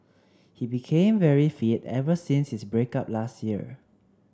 he became very fit ever since his break up last year